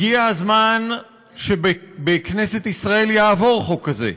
הגיע הזמן שבכנסת ישראל יעבור חוק כזה,